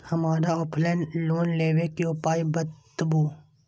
हमरा offline loan लेबे के उपाय बतबु?